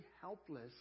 helpless